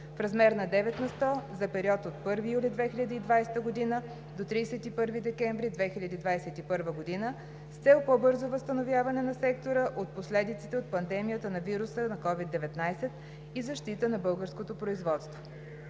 в размер на 9 на сто, за период от 1 юли 2020 г. до 31 декември 2021 г., с цел по бързо възстановяване на сектора от последиците от пандемията на вируса на COVID-19 и защита на българското производство.